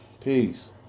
Peace